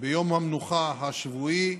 ביום המנוחה השבועי,